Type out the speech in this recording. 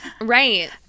right